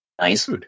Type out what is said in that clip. nice